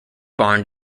barn